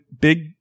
big